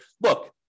look